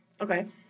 Okay